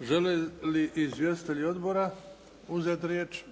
Žele li izvjestitelji odbora uzeti riječ?